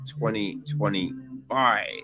2025